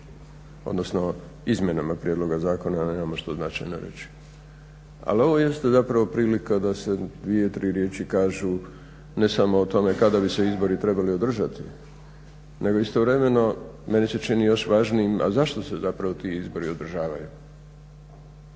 odnosno izmjenama prijedloga zakona, nemamo što značajno reći. Ali ovo jeste zapravo prilika da se 2, 3 riječi kažu, ne samo o tome kada bi se izbori trebali održati, nego istovremeno, meni se čini još važnijim, a zašto se zapravo ti izbori održavaju?